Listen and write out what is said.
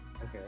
okay